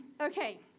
Okay